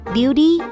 Beauty